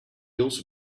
also